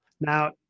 Now